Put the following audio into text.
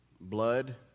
blood